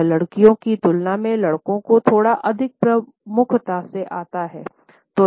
यह लड़कियों की तुलना में लड़कों को थोड़ा अधिक प्रमुखता से आता है